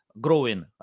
growing